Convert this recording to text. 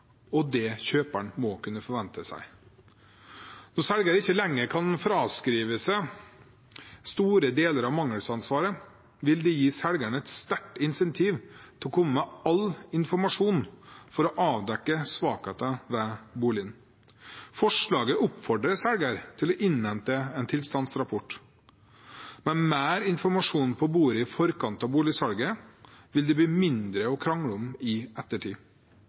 og det kjøperen må kunne forvente. Når selgeren ikke lenger kan fraskrive seg store deler av mangelansvaret, vil det gi selgeren et sterkt incentiv til å komme med all informasjon for å avdekke svakheter ved boligen. Forslaget oppfordrer selgeren til å innhente en tilstandsrapport. Med mer informasjon på bordet i forkant av boligsalget vil det bli mindre å krangle om i ettertid.